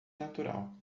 natural